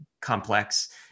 complex